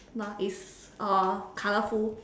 no it's uh colourful